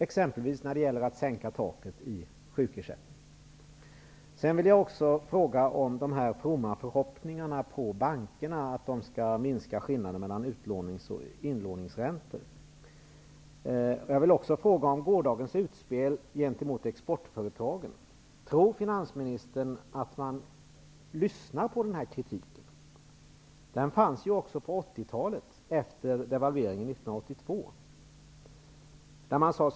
Exempelvis gäller det en sänkning beträffande taket i sjukersättningen. Jag har en fråga om de fromma förhoppningar man har när det gäller bankerna, om att dessa skall minska skillnaderna mellan ut och inlåningsräntor. Jag vill också fråga om gårdagens utspel gentemot exportföretagen. Tror finansministern att man lyssnar på framförd kritik? Kritik förekom ju också på 80-talet, efter 1982 års devalvering.